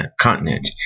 continent